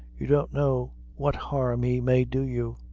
you don't know what harm he may do you.